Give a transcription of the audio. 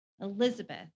Elizabeth